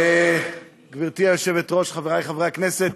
גברתי היושבת-ראש, חברי חברי הכנסת,